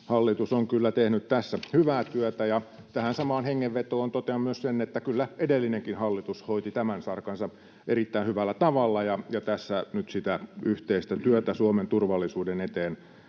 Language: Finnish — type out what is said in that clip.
Hallitus on kyllä tehnyt tässä hyvää työtä, ja tähän samaan hengenvetoon totean myös sen, että kyllä edellinenkin hallitus hoiti tämän sarkansa erittäin hyvällä tavalla, ja tässä nyt sitä yhteistä työtä Suomen turvallisuuden eteen